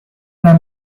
d’un